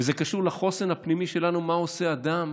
וזה קשור לחוסן הפנימי שלנו, מה עושה אדם